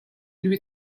lui